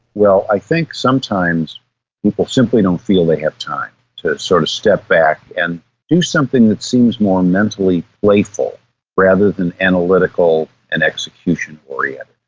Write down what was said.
well, i think sometimes people simply don't feel they have time to sort of step back and do something that seems more mentally playful rather than analytical and execution oriented.